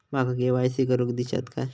माका के.वाय.सी करून दिश्यात काय?